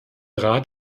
rat